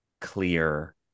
clear